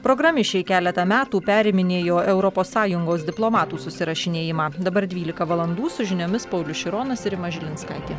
programišiai keletą metų periminėjo europos sąjungos diplomatų susirašinėjimą dabar dvylika valandų su žiniomis paulius šironas ir rima žilinskaitė